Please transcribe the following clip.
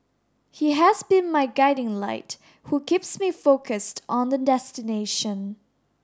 he has been my guiding light who keeps me focused on the destination